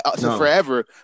forever